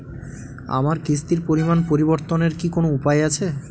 আমার কিস্তির পরিমাণ পরিবর্তনের কি কোনো উপায় আছে?